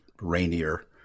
rainier